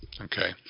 Okay